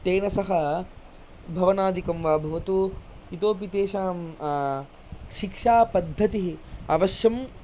तेन सह भवनादिकं वा भवतु इतोऽपि तेषां शिक्षापद्धतिः अवश्यं